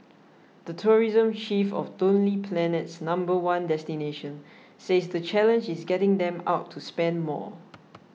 the tourism chief of Lonely Planet's number one destination says the challenge is getting them out to spend more